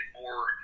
more